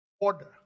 ...order